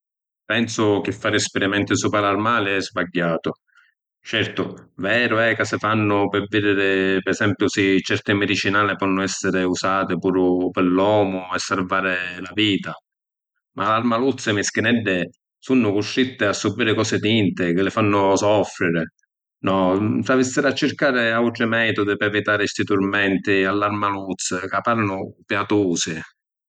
Pensu chi fari spirimenti supra l’armali è sbagghiatu. Certu, veru è ca si fannu pi vidiri pi esempiu si’ certi midicinali ponnu essiri usati puru pi l’omu e sarvari la vita. Ma l’armaluzzi, mischineddi, sunnu custritti a subbiri cosi tinti chi li fannu soffriri. No, s’avissiru a circari autri metudi pi evitari sti turmenti a l’armaluzzi ca parinu piatusi.